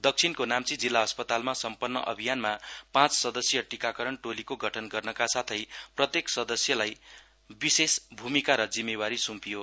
दक्षिणको नाम्ची जिल्ला अस्पतालमा सम्पन्न अभियानमा पाँच सदस्यीय टीकाकरण टोलीको गठन गर्नका साथै प्रत्येक सदस्यलाई विशेष भूमिका र जिम्मेवारी सूम्पियो